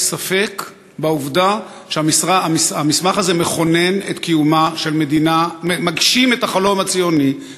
ספק בעובדה שהמסמך הזה מגשים את החלום הציוני,